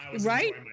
right